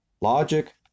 Logic